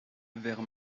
vers